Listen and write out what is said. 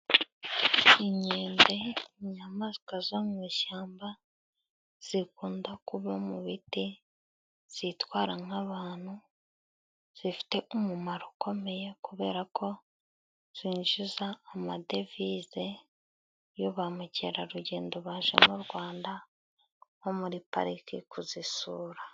Inkende inyamaswa zo mu ishyamba zikunda kuba mu biti zitwara nk'abantu, zifite umumaro ukomeye kubera ko zinjiza amadevize iyo bamukerarugendo baje mu Rwanda nko muri pariki kuzisura.